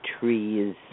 trees